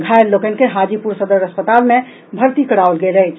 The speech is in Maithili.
घायल लोकनि के हाजीपुर सदर अस्पताल मे भर्ती कराओल गेल अछि